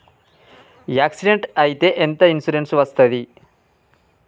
Accident అయితే ఎంత insurance వస్తది?